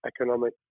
economic